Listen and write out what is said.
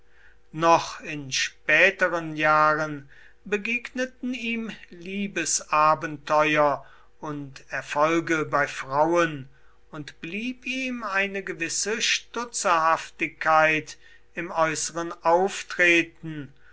noch in späteren jahren begegneten ihm liebesabenteuer und erfolge bei frauen und blieb ihm eine gewisse stutzerhaftigkeit im äußeren auftreten